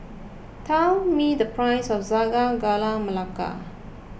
tell me the price of Sago Gula Melaka